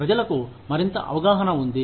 ప్రజలకు మరింత అవగాహన ఉంది